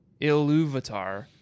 Iluvatar